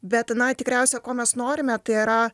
bet na tikriausiai ko mes norime tai yra